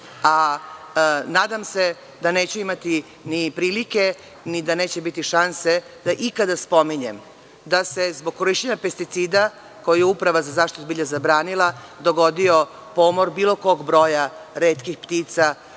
sredine. Nadam se da neću imati prilike, ni da neće biti šanse da ikada spominjem da se zbog korišćenja pesticida, koje je Uprava za zaštitu bilja zabranila, dogodio pomor bilo kog broja retkih ptica